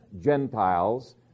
Gentiles